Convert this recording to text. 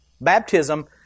baptism